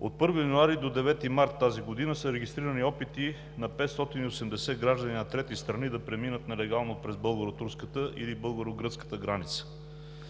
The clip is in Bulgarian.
От 1 януари до 9 март 2020 г. са регистрирани опити на 580 граждани на трети страни да преминат нелегално през българо-турската или българо-гръцката граница.